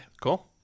cool